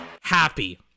happy